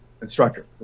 instructor